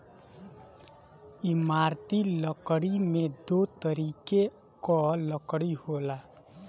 इमारती लकड़ी में दो तरीके कअ लकड़ी होला